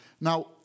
Now